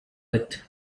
with